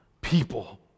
people